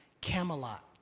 Camelot